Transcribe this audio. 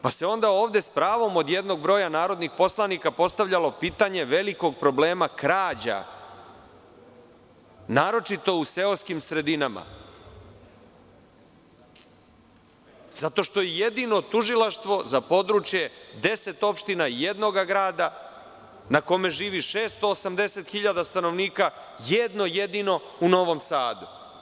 Pa se onda ovde sa pravom od jednog broja narodnih poslanika postavljalo pitanje velikog problema krađa, naročito u seoskim sredinama, zato što je jedino tužilaštvo za područje 10 opština jednoga grada, na kome živi 680.000 stanovnika, jedno jedino u Novom Sadu.